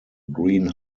green